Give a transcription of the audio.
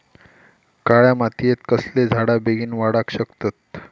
काळ्या मातयेत कसले झाडा बेगीन वाडाक शकतत?